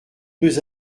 deux